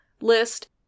list